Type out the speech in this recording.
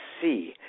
see